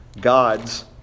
God's